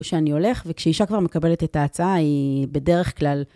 שאני הולך, וכשאישה כבר מקבלת את ההצעה, היא בדרך כלל...